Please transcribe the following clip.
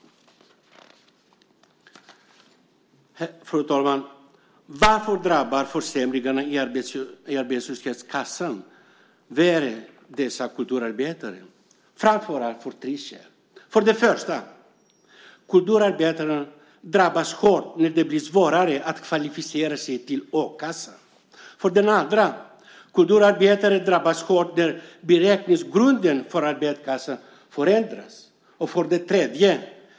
Fru talman! Varför drabbar försämringarna i arbetslöshetskassan dessa kulturarbetare värre? Det är framför allt av tre skäl. 1. Kulturarbetarna drabbas hårt när det blir svårare att kvalificera sig till a-kassan. 2. Kulturarbetarna drabbas hårt när beräkningsgrunden för arbetslöshetskassan förändras. 3.